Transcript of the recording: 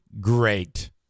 great